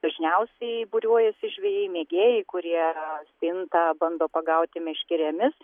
dažniausiai būriuojasi žvejai mėgėjai kurie stintą bando pagauti meškerėmis